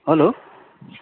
hello